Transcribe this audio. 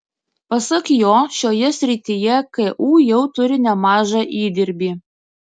pasak jo šioje srityje ku jau turi nemažą įdirbį